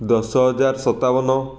ଦଶହଜାର ସତାବନ